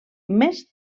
més